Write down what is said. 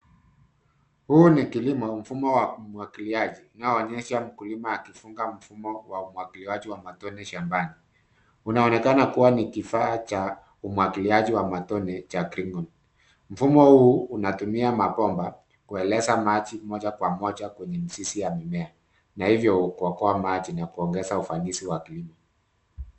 Huu ni kilimo mfumo wa umwagiliaji unaoonyesha mkulima akifunga mfumo wa umwagiliaji shambani. Unaonekana kuwa ni kifaa cha umwagiliaji wa matone cha[ cs] clyngon [ cs] . Mfumo huu unatumia mabomba kuelekeza maji moja kwa moja kwenye mizizi ya mimea na ivyo kuokoa maji na kuongeza ufanisi wa kilimo.